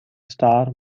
star